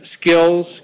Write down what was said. skills